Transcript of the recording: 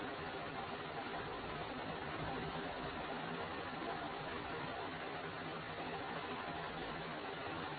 ಆದ್ದರಿಂದ ಕೇವಲ RL ಅನ್ನು ಬದಲಾಯಿಸುವ ಮೂಲಕ ಸರಳ ಸರಣಿ ಸರ್ಕ್ಯೂಟ್ ಅನ್ನು ಬಳಸುವುದರಿಂದ RL ವೇರಿಯಬಲ್ ಆಗಿದ್ದರೆ RL ಮೂಲಕ ಕರೆಂಟ್ ನ್ನು ಪಡೆಯಬಹುದು ಅದು ಥೆವೆನಿನ್ ಪ್ರಮೇಯದ ಪ್ರಯೋಜನವಾಗಿದೆ